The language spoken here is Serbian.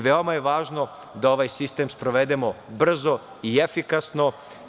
Veoma je važno da ovaj sistem sprovedemo brzo i efikasno.